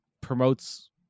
promotes